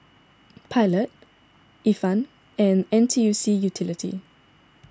Pilot Ifan and N T U C Unity